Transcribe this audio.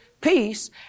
peace